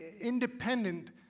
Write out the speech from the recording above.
independent